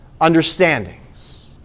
understandings